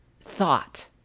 thought